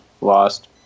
lost